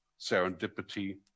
serendipity